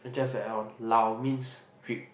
just a L lao means drip